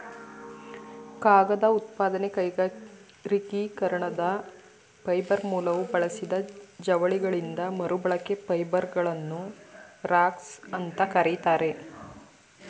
ಕಾಗದ ಉತ್ಪಾದನೆ ಕೈಗಾರಿಕೀಕರಣದ ಫೈಬರ್ ಮೂಲವು ಬಳಸಿದ ಜವಳಿಗಳಿಂದ ಮರುಬಳಕೆಯ ಫೈಬರ್ಗಳನ್ನು ರಾಗ್ಸ್ ಅಂತ ಕರೀತಾರೆ